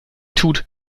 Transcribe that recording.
tut